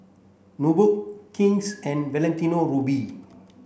Nubox King's and Valentino Rudy